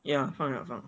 yeah 放了放